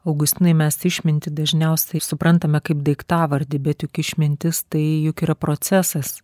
augustinai mes išmintį dažniausiai ir suprantame kaip daiktavardį bet juk išmintis tai juk yra procesas